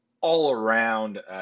all-around